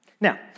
Now